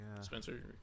Spencer